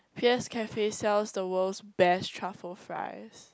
p_s cafe sells the world's best truffle fries